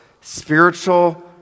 spiritual